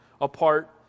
apart